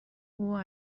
اوه